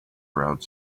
routes